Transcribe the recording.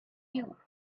you